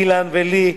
אילן ולי,